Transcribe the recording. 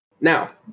Now